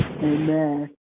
Amen